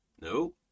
No